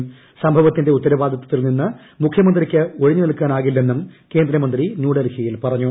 എല്ലാ സംഭവത്തിന്റെ ഉത്തരവാദിത്വത്തിൽ നിന്ന് മുഖ്യമന്ത്രിയ്ക്ക് ഒഴിഞ്ഞുനിൽക്കാനാകില്ലെന്നും കേന്ദ്ര മന്ത്രി ന്യൂഡൽഹിയിൽ പറഞ്ഞു